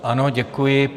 Ano, děkuji.